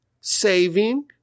saving